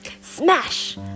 Smash